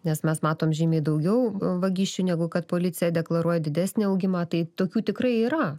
nes mes matom žymiai daugiau vagysčių negu kad policija deklaruoja didesnį augimą tai tokių tikrai yra